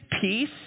peace